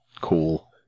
cool